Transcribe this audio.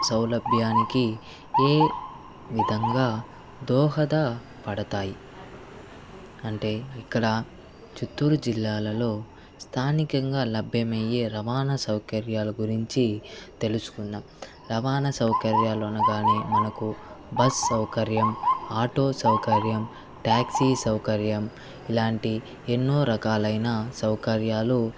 సౌలభ్యానికి ఏ విధంగా దోహద పడతాయి అంటే ఇక్కడ చిత్తూరు జిల్లాలలో స్థానికంగా లభ్యమయ్యే రవాణా సౌకర్యాలు గురించి తెలుసుకుందాం రవాణా సౌకర్యాలు అనగానే మనకు బస్ సౌకర్యం ఆటో సౌకర్యం ట్యాక్సీ సౌకర్యం ఇలాంటి ఎన్నో రకాలైన సౌకర్యాలు